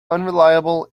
unreliable